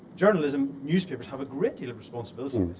journalism newspapers have a great deal of responsibility.